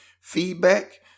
feedback